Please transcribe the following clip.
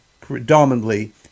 predominantly